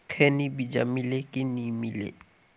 खैनी बिजा मिले कि नी मिले?